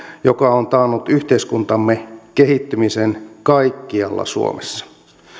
joka on taannut yhteiskuntamme kehittymisen kaikkialla suomessa